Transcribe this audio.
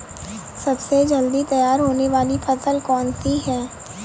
सबसे जल्दी तैयार होने वाली फसल कौन सी है?